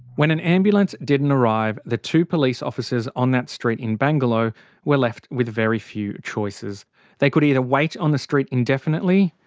when an ambulance didn't arrive. the two police officers on that street in bangalow were left with very few choicesthey could either wait on the street indefinitely.